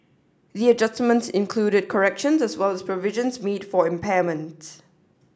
the adjustments included corrections as well as provisions mid for impairment